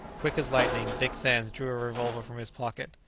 quick as lightning, dick sands drew a revolver from his pocket.